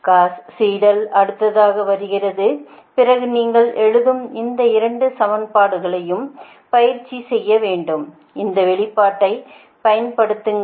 cos Seidel அடுத்ததாக வருகிறது பிறகு நீங்கள் எழுதும் இந்த 2 சமன்பாடுகளையும் பயிற்சி செய்ய இந்த வெளிப்பாட்டைப் பயன்படுத்துங்கள்